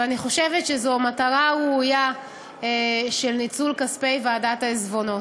ואני חושבת שזו מטרה ראויה של ניצול כספי ועדת העיזבונות.